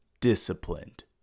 disciplined